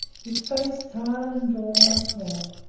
his face tired and drawn once more,